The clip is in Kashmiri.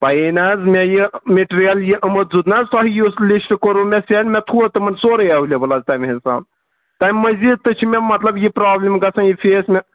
پَیی نہ حظ مےٚ یہِ مِٹریل یہِ اوٚمو دِیُت نہ حظ تۄہہِ یُس لِسٹ کوٚروٗ مےٚ سینڈ مےٚ تھو تِمن سورُے ایویلیبٕل حظ تَمہِ حسابہٕ تَمہِ مٔزید تہِ چھِ مےٚ مطلب یہِ پرابلم گژھان یہِ فیس مےٚ